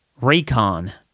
Raycon